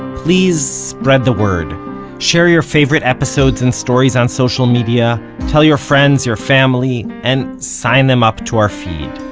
please spread the word share your favorite episodes and stories on social media, tell your friends, your family and sign them up to our feed.